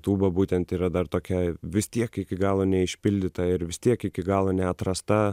tūba būtent yra dar tokia vis tiek iki galo neišpildyta ir vis tiek iki galo neatrasta